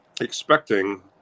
expecting